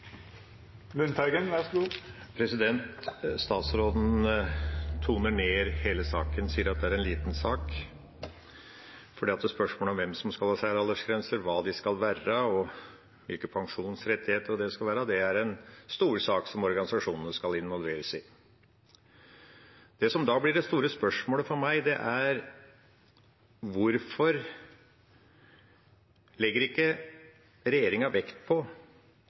en liten sak. Spørsmålet om hvem som skal ha særaldersgrenser, hva de skal være, og hvilke pensjonsrettigheter det skal være, er en stor sak, som organisasjonene skal involveres i. Det som da blir det store spørsmålet for meg, er: Hvorfor legger ikke regjeringa vekt på